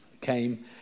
came